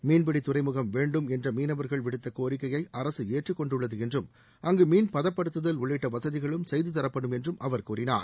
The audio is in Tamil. மீன்பிடி துறைமுகம் வேண்டும் என்ற மீனவர்கள் விடுத்த கோரிக்கையை அரசு ஏற்றுக் கொண்டுள்ளது என்றும் அங்கு மீன் பதப்படுத்துதல் உள்ளிட்ட வசதிகளும் செய்து தரப்படும் என்றும் அவர் கூறினார்